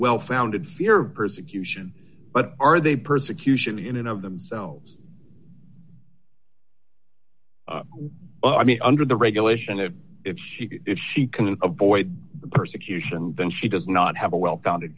well founded fear of persecution but are they persecution in and of themselves well i mean under the regulation of if he if he can avoid persecution then she does not have a well founded